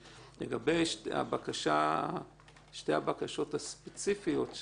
לגבי שתי הבקשות הספציפיות שלו,